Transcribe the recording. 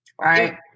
right